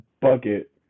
bucket